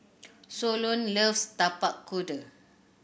Solon loves Tapak Kuda